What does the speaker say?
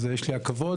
אז יש לי הכבוד.